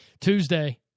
Tuesday